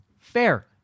fair